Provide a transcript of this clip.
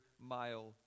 mile